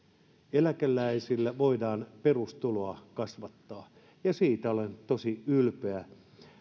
eläkeläisille voidaan perustuloa kasvattaa ja siitä olen tosi ylpeä